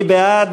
מי בעד?